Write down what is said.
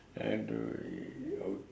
!adui!